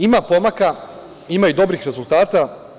Ima pomaka, ima i dobrih rezultata.